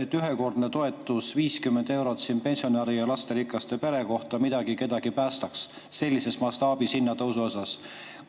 et ühekordne toetus 50 eurot pensionäri ja [lapse] kohta kedagi päästaks sellises mastaabis hinnatõusu korral.